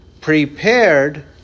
prepared